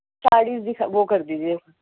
ساڑی دکھا وہ کر دیجیے